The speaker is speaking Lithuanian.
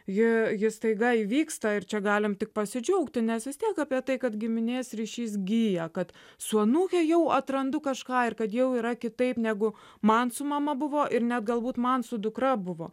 ji ji staiga įvyksta ir čia galim tik pasidžiaugti nes vis tiek apie tai kad giminės ryšys gyja kad su anūke jau atrandu kažką ir kad jau yra kitaip negu man su mama buvo ir net galbūt man su dukra buvo